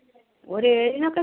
ഒരു എഴിനൊക്കെ കിട്ടുമോ